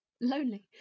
lonely